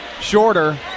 shorter